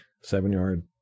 seven-yard